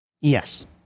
Yes